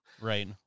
Right